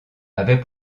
avait